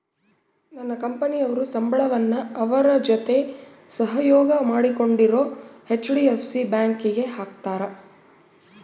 ನನ್ನ ಕಂಪನಿಯವರು ಸಂಬಳವನ್ನ ಅವರ ಜೊತೆ ಸಹಯೋಗ ಮಾಡಿಕೊಂಡಿರೊ ಹೆಚ್.ಡಿ.ಎಫ್.ಸಿ ಬ್ಯಾಂಕಿಗೆ ಹಾಕ್ತಾರೆ